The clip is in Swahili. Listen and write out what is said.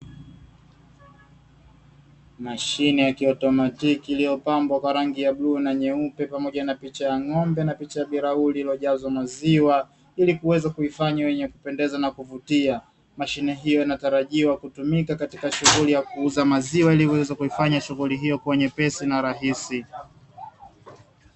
Mashine ya kiautomatiki iliyopambwa kwa rangi ya bluu na nyeupe pamoja na picha ng'ombe na picha ya bilauri iliyojazwa maziwa ili kuweza kuifanya yenye kupendeza na kuvutia. Mashine hiyo inatarajiwa kutumika katika shughuli ya kuuza maziwa ili iweza kufanya shughuli hiyo kuwa nyepesi na rahisi.